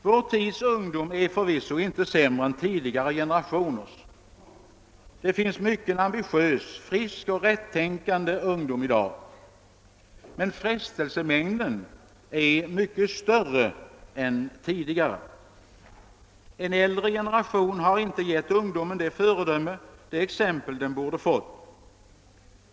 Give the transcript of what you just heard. Vår tids ungdom är förvisso inte sämre än tidigare generationers. Det finns mycken ambitiös, frisk och rättänkande ungdom i dag, men frestelsemängden är mycket större än tidigare. En äldre generation har kanske inte givit ungdomen det föredöme och det exempel den borde ha fått.